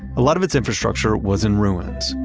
a lot of its infrastructure was in ruins,